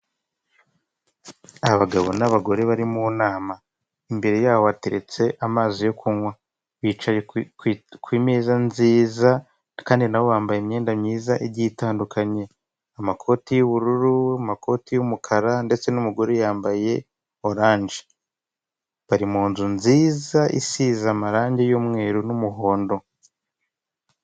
Abagabo n'abagore bari mu nama imbere yabo hateretse amazi yo kunkwa bicaye ku imeza nziza kandi nabo bambaye imyenda mwiza igiye itandukanye amakoti y'ubururu, amakoti y'umukara ndetse n'umugore yambaye orange, bari munzu nziza isize amarange y'umweru n'umuhondo.